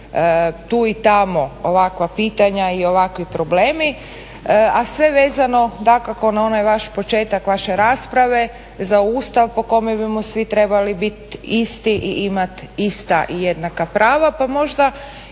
tu i tamo ovakva pitanja i ovakvi problemi, a sve vezano dakako za onaj vaš početak vaše rasprave za Ustav po kome bimo svi trebali biti isti i imati ista i jednaka prava pa možda